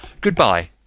Goodbye